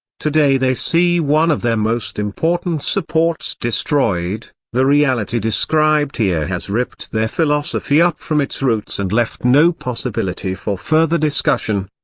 today they see one of their most important supports destroyed the reality described here has ripped their philosophy up from its roots and left no possibility for further discussion.